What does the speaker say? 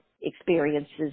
experiences